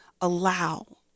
allow